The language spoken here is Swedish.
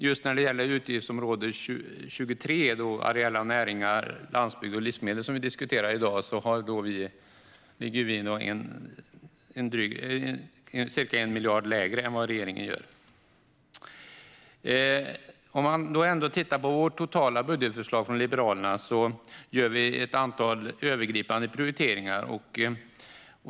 Just när det gäller utgiftsområde 23 Areella näringar, landsbygd och livsmedel, som vi nu diskuterar, ligger vi nog ca 1 miljard lägre än vad regeringen gör. Om man ändå tittar på Liberalernas totala budgetförslag ser man att vi gör ett antal övergripande prioriteringar.